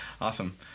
Awesome